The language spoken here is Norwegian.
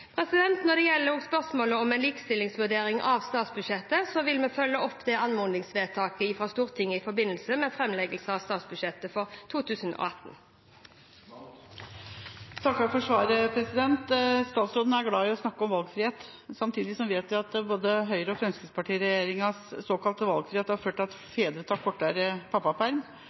Når det gjelder spørsmålet om en likestillingsvurdering av statsbudsjettet, vil vi følge opp anmodningsvedtaket fra Stortinget i forbindelse med framleggelsen av statsbudsjettet for 2018. Jeg takker for svaret. Statsråden er glad i å snakke om valgfrihet. Samtidig vet vi at Høyre–Fremskrittsparti-regjeringas såkalte valgfrihet har ført til at fedre tar kortere pappaperm,